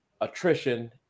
attrition